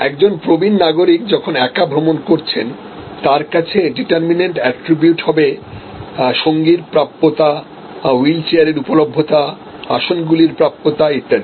একজন প্রবীণ নাগরিক যখন একা ভ্রমণ করছেন তার কাছে ডিটারমিনেন্ট এট্রিবিউট হবে সঙ্গীর প্রাপ্যতা হুইল চেয়ারের উপলভ্যতা আসনগুলির প্রাপ্যতা ইত্যাদি